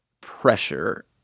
pressure